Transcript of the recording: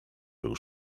był